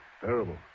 terrible